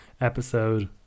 episode